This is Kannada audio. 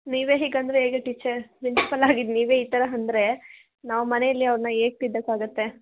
ನೀವೆ ಹೀಗಂದರೆ ಹೇಗೆ ಟೀಚರ್ ಪ್ರಿನ್ಸಿಪಾಲಾಗಿದ್ದ ನೀವೇ ಈ ಥರ ಅಂದರೆ ನಾವು ಮನೇಲಿ ಅವ್ರನ್ನ ಹೇಗ್ ತಿದ್ದೋಕಾಗತ್ತೆ